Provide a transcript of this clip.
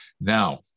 Now